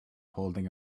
holding